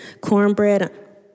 cornbread